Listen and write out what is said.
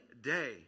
day